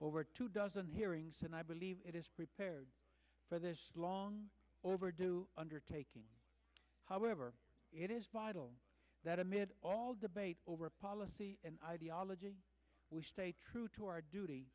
over two dozen hearings and i believe it is prepared for this long overdue undertaking however it is vital that amid all debate over policy and ideology we stay true to our duty